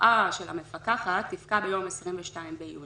ההוראה של המפקחת יפקע ביום 22 ביוני,